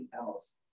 else